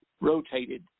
rotated